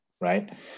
right